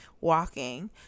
walking